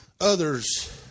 others